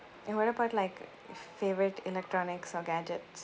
and what about like favourite electronics or gadgets